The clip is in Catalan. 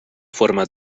forma